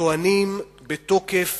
טוענים בתוקף